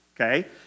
okay